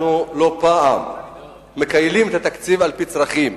אנחנו לא פעם מכיילים את התקציב לפי צרכים.